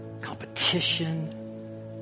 competition